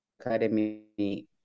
academy